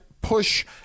push